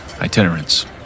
itinerants